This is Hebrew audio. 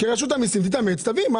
שרשות המסים תתאמץ ותביא.